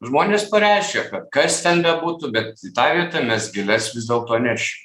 žmonės pareiškė kad kas ten bebūtų bet į tą vietą mes gėles vis dėlto nešim